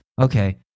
Okay